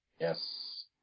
Yes